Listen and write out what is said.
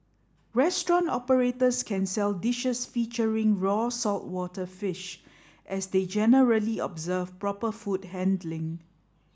restaurant operators can sell dishes featuring raw saltwater fish as they generally observe proper food handling